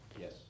Yes